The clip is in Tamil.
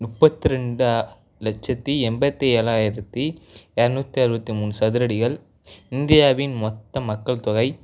முப்பத்தி ரெண்டு லட்சத்து எம்பத்து ஏழாயிரத்தி இரநூத்தி அறுபத்தி மூணு சதுர அடிகள் இந்தியாவின் மொத்த மக்கள் தொகை